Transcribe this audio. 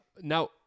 Now